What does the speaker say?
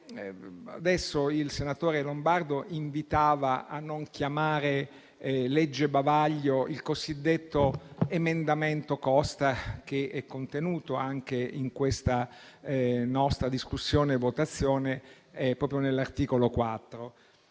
fa il senatore Lombardo invitava a non chiamare legge bavaglio il cosiddetto emendamento Costa, che è contenuto, in questa nostra discussione e votazione, proprio nell'articolo 4.